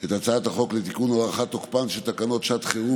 את הצעת החוק לתיקון הארכת תוקפן של תקנות שעת חירום